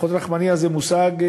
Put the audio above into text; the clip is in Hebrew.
אחות רחמנייה זה מושג,